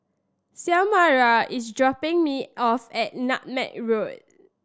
Xiomara is dropping me off at Nutmeg Road